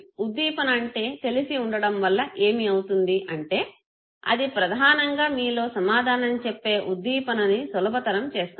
ఉద్దీపన అంటే తెలిసి ఉండడం వల్ల ఏమి అవుతుంది అంటే అది ప్రధానంగా మీలో సమాధానం చెప్పే ఉద్దీపనని సులభతరం చేస్తుంది